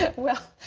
ah well,